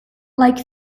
like